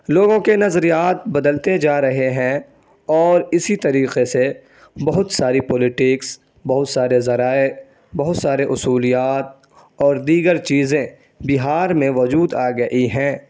لوگوں کے نظریات بدلتے جا رہے ہیں اور اسی طریقے سے بہت ساری پالیٹکس بہت سارے ذرائع بہت سارے اصولیات اور دیگر چیزیں بہار میں وجود آ گئی ہیں